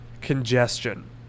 congestion